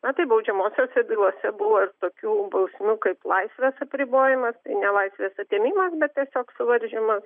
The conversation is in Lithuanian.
na tai baudžiamosiose bylose buvo ir tokių bausmių kaip laisvės apribojimas tai ne laisvės atėmimas bet tiesiog suvaržymas